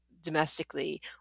domestically